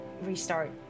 restart